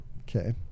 Okay